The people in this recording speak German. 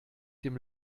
dem